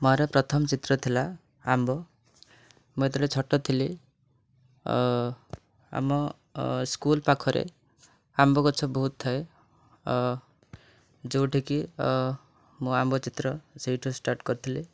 ମୋର ପ୍ରଥମ ଚିତ୍ର ଥିଲା ଆମ୍ବ ମୁଁ ଯେତେବେଳେ ଛୋଟ ଥିଲି ଆମ ସ୍କୁଲ୍ ପାଖରେ ଆମ୍ବ ଗଛ ବହୁତ ଥାଏ ଯେଉଁଠି କି ମୁଁ ଆମ୍ବ ଚିତ୍ର ସେଇଠୁ ଷ୍ଟାର୍ଟ୍ କରିଥିଲି